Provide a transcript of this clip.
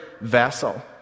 vessel